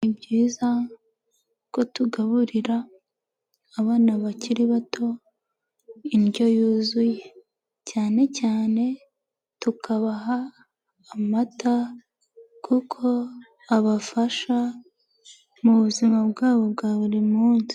Ni byiza ko tugaburira abana bakiri bato indyo yuzuye, cyane cyane tukabaha amata, kuko abafasha mu buzima bwabo bwa buri munsi.